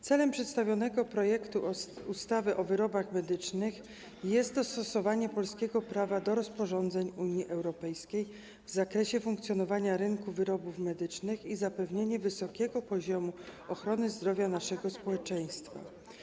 Celem przedstawionego projektu ustawy o wyrobach medycznych jest dostosowanie polskiego prawa do rozporządzeń Unii Europejskiej w zakresie funkcjonowania rynku wyrobów medycznych i zapewnienie wysokiego poziomu ochrony zdrowia naszego społeczeństwa.